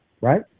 Right